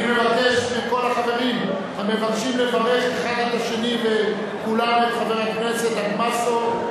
אני מבקש מכל החברים המבקשים לברך זה את זה וכולם את חבר הכנסת אדמסו,